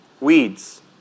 Weeds